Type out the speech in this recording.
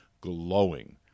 glowing